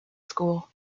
school